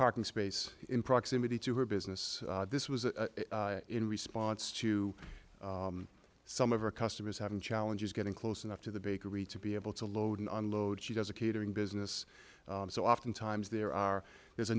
parking space in proximity to her business this was in response to some of her customers having challenges getting close enough to the bakery to be able to load and unload she does a catering business so oftentimes there are there's a